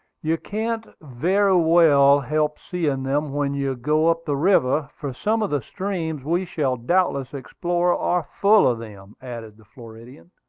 you can't very well help seeing them when you go up the river, for some of the streams we shall doubtless explore are full of them, added the floridian.